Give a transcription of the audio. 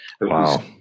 Wow